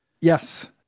yes